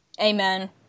amen